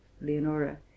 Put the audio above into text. Leonora